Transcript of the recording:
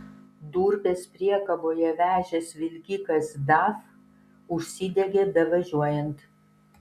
durpes priekaboje vežęs vilkikas daf užsidegė bevažiuojant